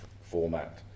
format